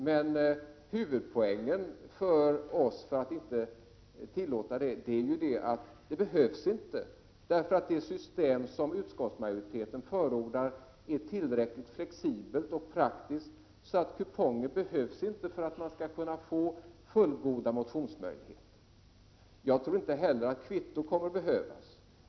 Men huvudpoängen för oss, när vi inte säger ja till dessa kuponger, är ju att de inte behövs. Det system som utskottsmajoriteten förordar är tillräckligt flexibelt och praktiskt, och kuponger behövs inte för att man skull kunna få fullgoda motionsmöjligheter. Jag tror inte heller att kvitto kommer att behövas.